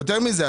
יותר מזה.